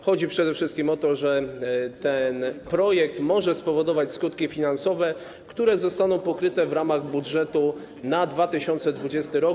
Chodzi przede wszystkim o to, że projekt może spowodować skutki finansowe, które zostaną pokryte w ramach budżetu na 2020 r.